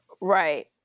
Right